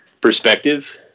Perspective